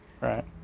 Right